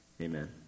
Amen